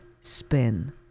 spin